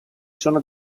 sono